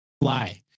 fly